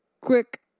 quick